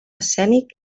escènic